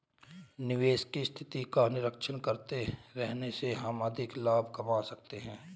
निवेश की स्थिति का निरीक्षण करते रहने से हम अधिक लाभ कमा सकते हैं